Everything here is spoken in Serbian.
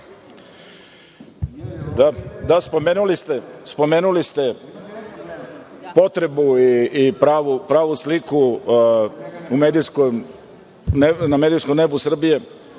Da, spomenuli ste potrebu i pravu sliku na medijskom nebu Srbije